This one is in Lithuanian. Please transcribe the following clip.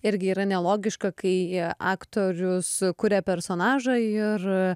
irgi yra nelogiška kai aktorius kuria personažą ir